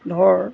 ধৰ